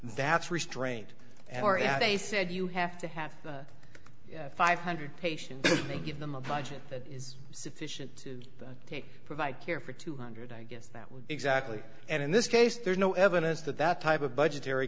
that's restraint and or add a said you have to have five hundred patients they give them a budget that is sufficient to take provide care for two hundred i guess that would exactly and in this case there's no evidence that that type of budgetary